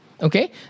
Okay